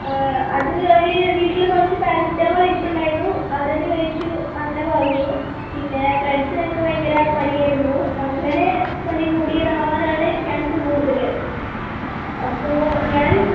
അ അത് അവര് വീട്ടില് കുറച്ച് പാരസെറ്റമോൾ ഇരിപ്പുണ്ടായിരുന്നു അവരത് കഴിച്ചു അങ്ങനെ കുറഞ്ഞു പിന്നെ ഫ്രിൻഡ്സിനൊക്കെ ഭയങ്കര പനി ആയിരുന്നു അങ്ങനെ പനി കൂടിയത് ആകാനാണ് ചാൻസ് കൂടുതൽ അപ്പോൾ ഞാനും